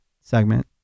segment